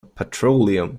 petroleum